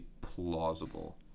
plausible